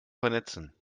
vernetzen